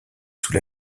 sous